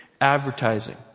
advertising